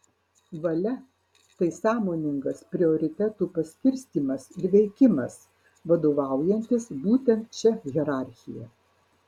valia tai sąmoningas prioritetų paskirstymas ir veikimas vadovaujantis būtent šia hierarchija